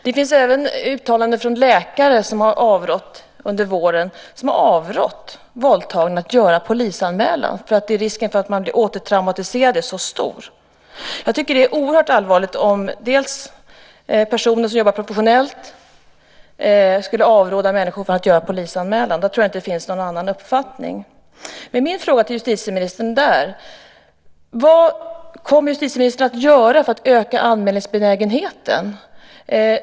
Det finns även uttalanden under våren från läkare som har avrått våldtagna att göra polisanmälan därför att risken för att man blir återtraumatiserad är så stor. Jag tycker att det är oerhört allvarligt om personer som jobbar professionellt med detta avråder människor från att göra polisanmälan. Jag tror inte att det finns någon annan uppfattning om detta. Min fråga till justitieministern är: Vad kommer justitieministern att göra för att öka anmälningsbenägenheten?